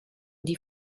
die